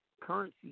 Currency